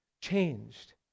changed